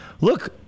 look